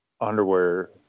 underwear